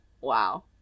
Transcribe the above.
Wow